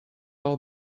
all